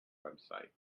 website